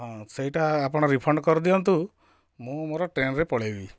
ହଁ ସେଇଟା ଅପଣ ରିଫଣ୍ଡ କରିଦିଅନ୍ତୁ ମୁଁ ମୋର ଟ୍ରେନରେ ପଳେଇବି